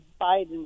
Biden